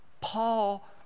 Paul